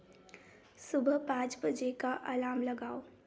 सुबह पाँच बजे का अलार्म लगाओ